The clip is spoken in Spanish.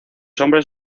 hombres